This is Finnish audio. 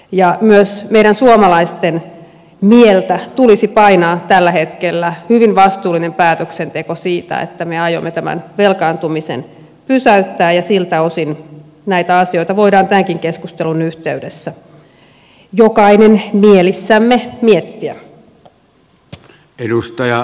myös meidän suomalaisten mieltä tulisi painaa tällä hetkellä hyvin vastuullisen päätöksenteon siitä että me aiomme tämän velkaantumisen pysäyttää ja siltä osin näitä asioita voidaan tämänkin keskustelun yhteydessä jokainen mielessämme miettiä